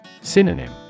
Synonym